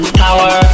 power